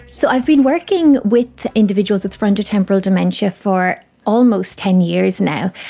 so i've been working with individuals with frontotemporal dementia for almost ten years now,